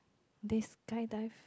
they skydive